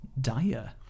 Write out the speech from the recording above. dire